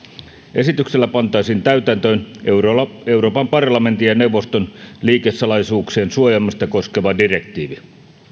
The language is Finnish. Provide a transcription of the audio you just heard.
esityksellä pantaisiin täytäntöön euroopan parlamentin ja neuvoston liikesalaisuuksien suojaamista koskeva direktiivi